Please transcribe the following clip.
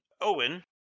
Owen